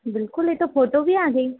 बिल्कुल ये तो फोटो भी आ गई